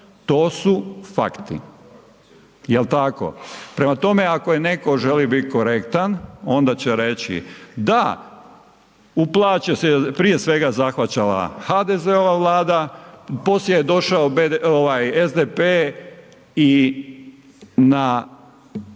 To su fakti. Jel tako? Prema tome, ako je netko želio korektan, onda će reći, da, u plaći je prije svega zahvaćala HDZ-ova Vlada, poslije je došao SDP i na